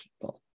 people